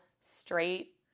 straight